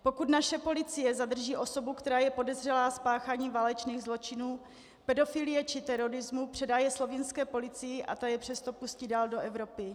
Pokud naše policie zadrží osobu, která je podezřelá z páchání válečných zločinů, pedofilie či terorismu, předá je slovinské policii a ta je přesto pustí dál do Evropy.